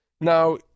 Now